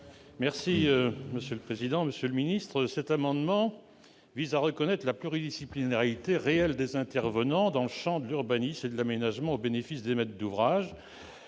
: La parole est à M. Jean-Marie Morisset. Cet amendement vise à reconnaître la pluridisciplinarité réelle des intervenants dans le champ de l'urbanisme et de l'aménagement, au bénéfice des maîtres d'ouvrage.